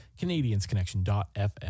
CanadiansConnection.fm